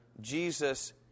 Jesus